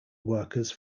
workers